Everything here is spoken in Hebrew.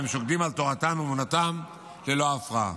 והם שוקדים על תורתם ואמונתם ללא הפרעה.